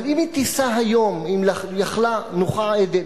אבל אם היא תיסע היום, אם היא יכלה, מנוחתה עדן,